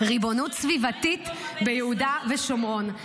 ריבונות סביבתית ביהודה ושומרון,